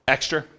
Extra